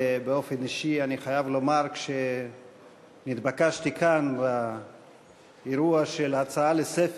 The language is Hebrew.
באופן אישי אני חייב לומר שכשנתבקשתי כאן באירוע של "הצעה לספר"